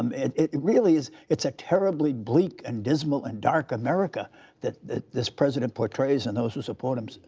um it it really is it's a terribly bleak and dismal and dark america that this president portrays and those who support him. so